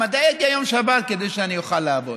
מתי יגיע יום שבת כדי שאני אוכל לעבוד?